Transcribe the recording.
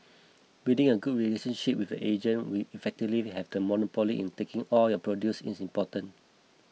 building a good relationship with the agent who effectively have a monopoly in taking all your produce is important